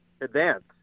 advance